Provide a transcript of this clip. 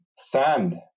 sand